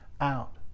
out